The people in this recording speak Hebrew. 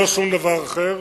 לא שום דבר אחר.